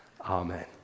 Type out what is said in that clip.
Amen